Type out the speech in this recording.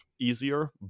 easier